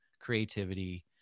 creativity